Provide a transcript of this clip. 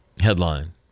Headline